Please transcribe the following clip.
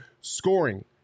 scoring